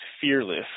fearless